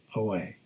away